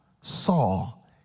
Saul